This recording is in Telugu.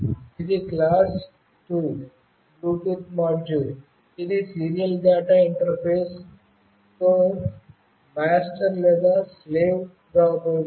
ఇది క్లాస్ 2 బ్లూటూత్ మాడ్యూల్ ఇది సీరియల్ డేటా ఇంటర్ఫేస్తో మాస్టర్ లేదా స్లేవ్ గా ఉపయోగించబడుతుంది